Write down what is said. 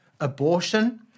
abortion